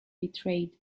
betrayed